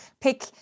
pick